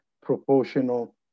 proportional